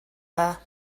dda